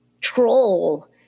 troll